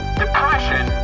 depression